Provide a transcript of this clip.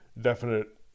definite